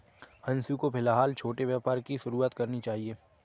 अंशु को फिलहाल छोटे व्यापार की शुरुआत करनी चाहिए